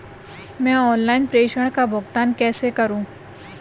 मैं ऑनलाइन प्रेषण भुगतान कैसे करूँ?